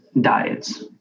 diets